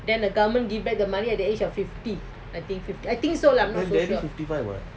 then daddy fifty five [what]